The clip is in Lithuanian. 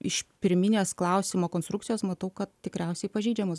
iš pirminės klausimo konstrukcijos matau kad tikriausiai pažeidžiamos